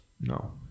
No